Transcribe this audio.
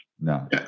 No